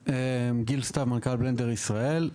גיל סתיו, מנכ"ל בלנדר ישראל.